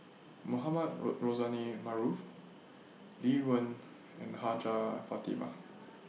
Mohamed Rozani Maarof Lee Wen and Hajjah Fatimah